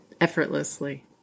effortlessly